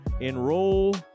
Enroll